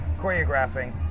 choreographing